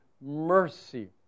mercy